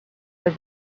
but